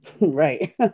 Right